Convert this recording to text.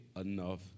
enough